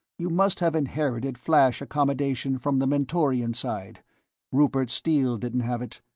you must have inherited flash-accommodation from the mentorian side rupert steele didn't have it.